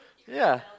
ya